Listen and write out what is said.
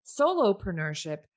solopreneurship